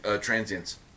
Transients